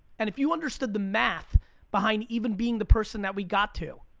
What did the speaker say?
and if you understood the math behind even being the person that we got to,